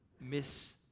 miss